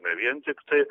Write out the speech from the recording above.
ir ne vien tiktai